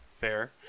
Fair